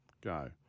Go